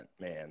man